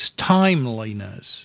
timeliness